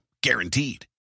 Guaranteed